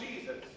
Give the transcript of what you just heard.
Jesus